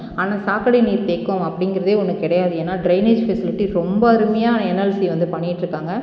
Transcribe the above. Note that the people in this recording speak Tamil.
ஆனால் சாக்கடை நீர் தேக்கம் அப்படிங்கிறதே ஒன்று கிடையாது ஏன்னால் டிரைனேஜ் ஃபெசிலிட்டி ரொம்ப அருமையா என்எல்சி வந்து பண்ணிகிட்டு இருக்காங்க